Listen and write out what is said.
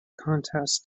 contest